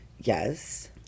Yes